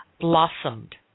blossomed